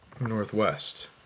Northwest